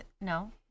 No